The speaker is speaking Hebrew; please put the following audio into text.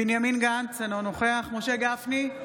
בנימין גנץ, אינו נוכח משה גפני,